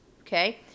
okay